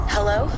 Hello